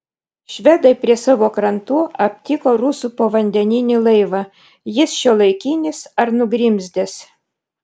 švedai prie savo krantų aptiko rusų povandeninį laivą jis šiuolaikinis ar nugrimzdęs